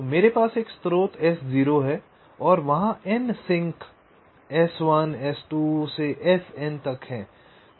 तो मेरे पास एक स्रोत S0 है और वहाँ n सिंक S1 S2 से Sn तक हैं